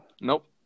nope